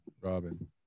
Robin